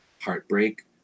heartbreak